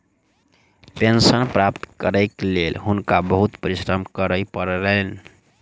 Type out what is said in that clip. pension प्राप्त करैक लेल हुनका बहुत परिश्रम करय पड़लैन